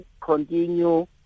continue